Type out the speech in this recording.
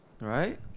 right